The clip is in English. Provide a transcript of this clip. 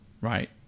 right